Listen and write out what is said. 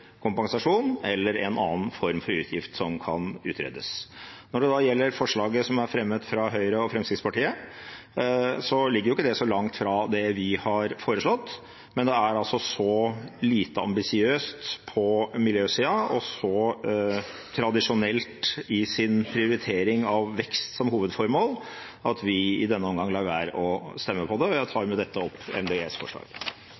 kompensasjon eller en annen form for utgift som kan utredes. Når det gjelder forslaget som er fremmet av Høyre og Fremskrittspartiet, ligger ikke det så langt fra det vi har foreslått, men det er så lite ambisiøst på miljøsida og så tradisjonelt i sin prioritering av vekst som hovedformål at vi i denne omgang lar være å stemme for det. Jeg